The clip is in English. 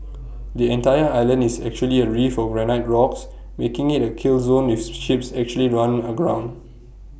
the entire island is actually A reef of granite rocks making IT A kill zone if ships actually run aground